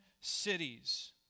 cities